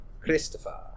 Christopher